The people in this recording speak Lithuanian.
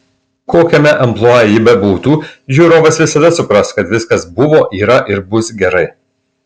kokiame amplua ji bebūtų žiūrovas visada supras kad viskas buvo yra ir bus gerai